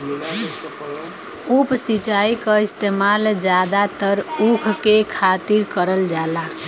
उप सिंचाई क इस्तेमाल जादातर ऊख के खातिर करल जाला